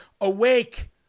awake